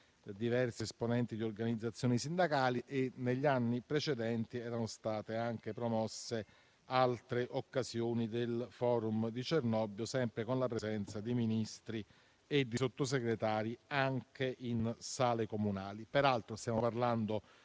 diversi esponenti di organizzazioni sindacali. Negli anni precedenti erano state promosse altre occasioni del *forum* di Cernobbio, sempre con la presenza di Ministri e di Sottosegretari, anche in sale comunali. Peraltro, stiamo parlando